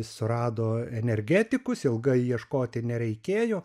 surado energetikus ilgai ieškoti nereikėjo